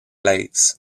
lakes